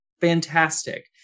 Fantastic